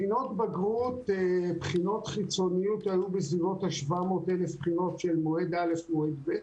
בחינות חיצוניות היו בסביבות 700,000 של מועד א+ב.